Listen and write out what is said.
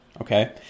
okay